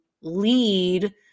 lead